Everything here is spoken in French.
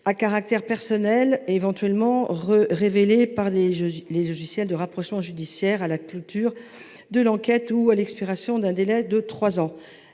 à caractère personnel éventuellement révélées par les logiciels de rapprochement judiciaire à la clôture de l’enquête ou à l’expiration d’un délai de trois ans.